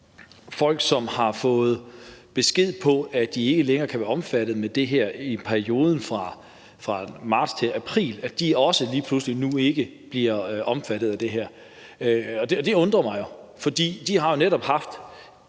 folk, som har fået besked på, at de ikke længere kan være omfattet af det her i perioden fra marts til april, nu ikke bliver omfattet af det her. Det undrer mig, for de har jo netop haft